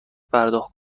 پرداخت